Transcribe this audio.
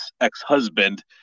ex-husband